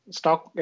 stock